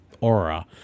aura